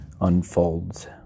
unfolds